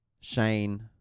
Shane